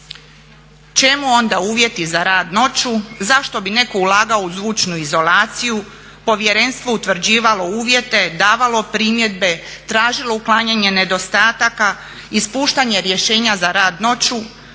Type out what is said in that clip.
Čemu onda uvjeti za rad noću, zašto bi neko ulagao u zvučnu izolaciju, povjerenstvo utvrđivalo uvjete, davalo primjedbe, tražilo uklanjanje nedostataka, Ispuštanje rješenja za rad noću